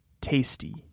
Tasty